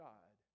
God